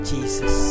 Jesus